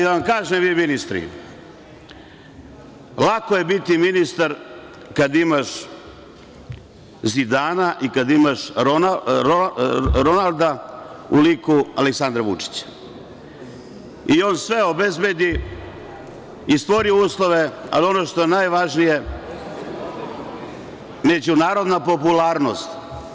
Da vam kažem vi ministri, lako je biti ministar kad imaš Zidana i Ronalda u liku Aleksandra Vučića i on sve obezbedi i stvori uslove, a ono što je najvažnije je međunarodna popularnost.